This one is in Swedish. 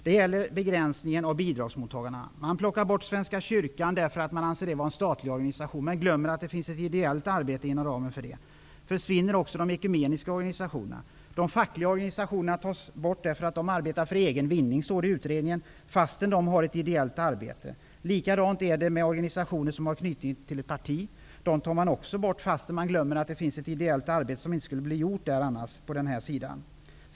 De gäller begränsningen av antalet bidragsmottagare. Nu tas svenska kyrkan bort, eftersom den anses vara en statlig organisation. Men man glömmer att det utförs ideellt arbete inom ramen för svenska kyrkan. De ekumeniska organisationerna försvinner också. De fackliga organisationerna tas bort eftersom de enligt utredningen arbetar för egen vinning -- fastän de gör ett ideellt arbete. Likadant är det med organisationer som är knutna till ett parti. De tas bort fastän de gör ett ideellt arbete som annars inte skulle bli gjort.